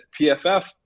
PFF